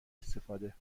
استفاده